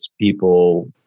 people